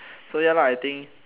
so ya lah I think